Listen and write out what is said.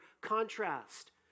contrast